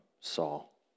Saul